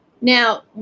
Now